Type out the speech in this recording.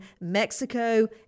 Mexico